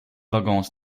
waggons